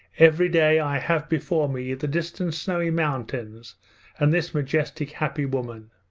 every day i have before me the distant snowy mountains and this majestic, happy woman.